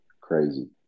Crazy